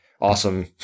awesome